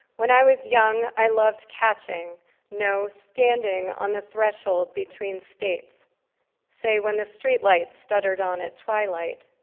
when i was young, i loved catching no, standing on the threshold between states say, when the street lights stuttered on at twilight,